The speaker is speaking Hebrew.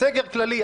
סגר כללי,